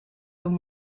them